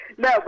No